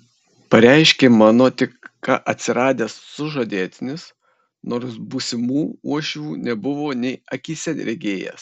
pareiškė mano tik ką atsiradęs sužadėtinis nors būsimų uošvių nebuvo nė akyse regėjęs